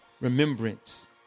remembrance